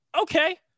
okay